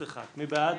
היינו בסעיף 30. מי בעד,